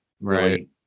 right